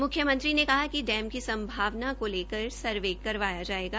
म्ख्यमंत्री ने कहा कि डैम की संभावना को लेकर सर्वेकरवाया जायेगा